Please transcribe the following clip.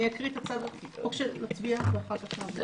לא באמת היינו פותרים את הבעיה של כל אותם אלה שפנו אלינו בטלפון